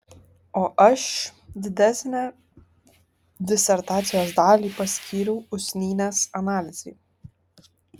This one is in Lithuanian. o aš didesnę disertacijos dalį paskyriau usnynės analizei